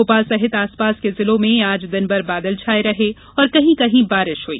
भोपाल सहित आसपास के जिलों में आज दिनभर बादल छाये रहे और कहीं कहीं बारिश हुई